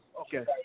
Okay